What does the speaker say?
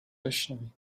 بشنویم